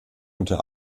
unter